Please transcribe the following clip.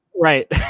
Right